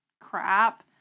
crap